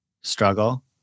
struggle